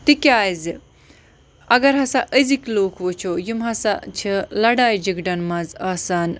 تِکیٛازِ اگَر ہَسا أزِکۍ لوٗکھ وٕچھو یِم ہَسا چھِ لَڑایہِ جِگڑَن مَنٛز آسان